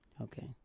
Okay